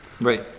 Right